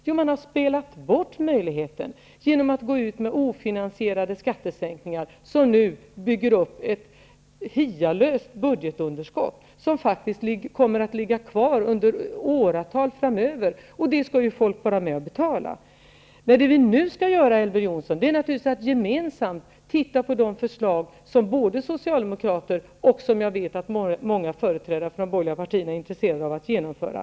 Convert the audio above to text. Jo, man har spelat bort möjligheten genom att gå ut med ofinansierade skattesänkningar som nu bygger upp ett hialöst budgetunderskott, som kommer att ligga kvar i åratal. Det skall ju folk vara med och betala. Det vi nu skall göra, Elver Jonsson, är naturligtvis att gemensamt titta på de förslag som både socialdemokrater och många företrädare för de borgerliga partierna är intresserade av att genomföra.